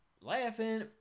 laughing